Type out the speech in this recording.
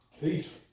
Peace